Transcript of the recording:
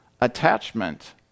attachment